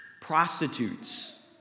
prostitutes